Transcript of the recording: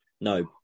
no